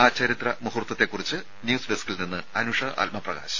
ആ ചരിത്ര മുഹൂർത്തത്തെക്കുറിച്ച് ന്യൂസ് ഡസ്ക്കിൽ നിന്ന് അനുഷ ആത്മപ്രകാശ്